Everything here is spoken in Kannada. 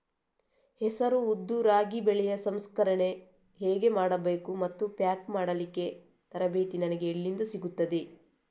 ಹೆಸರು, ಉದ್ದು, ರಾಗಿ ಬೆಳೆಯ ಸಂಸ್ಕರಣೆ ಹೇಗೆ ಮಾಡಬೇಕು ಮತ್ತು ಪ್ಯಾಕ್ ಮಾಡಲಿಕ್ಕೆ ತರಬೇತಿ ನನಗೆ ಎಲ್ಲಿಂದ ಸಿಗುತ್ತದೆ?